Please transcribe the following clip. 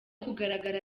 kugaragara